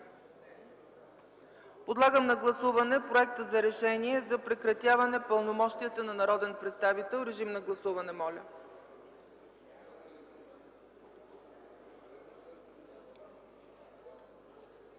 Подлагам на гласуване проекта за решение за прекратяване пълномощията на народен представител. Гласували